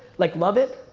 like love it.